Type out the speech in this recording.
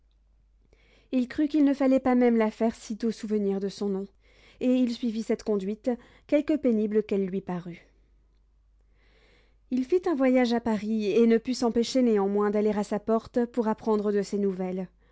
il crut qu'il ne fallait pas même la faire sitôt souvenir de son nom et il suivit cette conduite quelque pénible qu'elle lui parût il fit un voyage à paris et ne put s'empêcher néanmoins d'aller à sa porte pour apprendre de ses nouvelles